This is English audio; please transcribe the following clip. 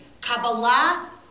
Kabbalah